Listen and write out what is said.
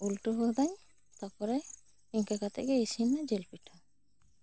ᱩᱞᱴᱟᱹᱣ ᱦᱚᱫᱟᱭ ᱛᱟᱨᱯᱚᱨᱮ ᱤᱱᱠᱟᱹ ᱠᱟᱛᱮᱜ ᱜᱤ ᱤᱥᱤᱱ ᱮᱱᱟ ᱡᱤᱞ ᱯᱤᱴᱷᱟᱹ